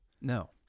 No